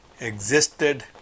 existed